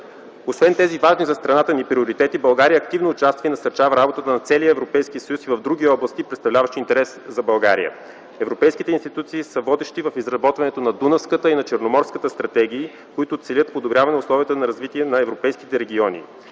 Освен тези важни за страната ни приоритети, България активно участва и насърчава работата на целия Европейски съюз и в други области представляващи интерес за България. Европейските институции са водещи в изработването на Дунавската и на Черноморската стратегии, които целят подобряване условията на развитие на европейските региони.